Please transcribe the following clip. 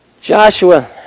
Joshua